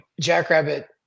jackrabbit